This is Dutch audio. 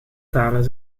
talen